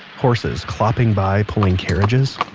horses clopping by pulling carriages